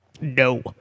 No